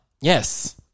Yes